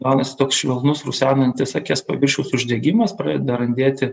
gaunasi toks švelnus rusenantis akies paviršiaus uždegimas pradeda randėti